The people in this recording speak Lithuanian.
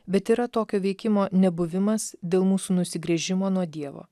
bet yra tokio veikimo nebuvimas dėl mūsų nusigręžimo nuo dievo